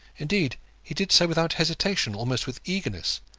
indeed he did so without hesitation, almost with eagerness,